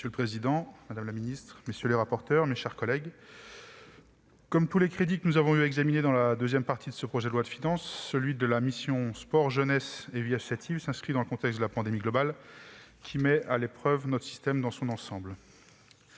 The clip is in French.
Monsieur le président, madame la ministre, madame la secrétaire d'État, mes chers collègues, comme tous les crédits que nous avons eu à examiner dans la deuxième partie de ce projet de loi de finances, ceux de la mission « Sport, jeunesse et vie associative » s'inscrivent dans le contexte de la pandémie globale, qui met à l'épreuve notre système dans son ensemble.